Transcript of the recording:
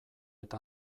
eta